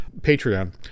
Patreon